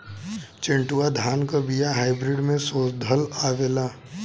चिन्टूवा धान क बिया हाइब्रिड में शोधल आवेला?